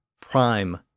prime